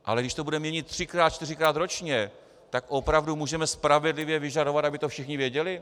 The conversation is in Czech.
Ale když to budeme měnit třikrát čtyřikrát ročně, tak opravdu můžeme spravedlivě vyžadovat, aby to všichni věděli?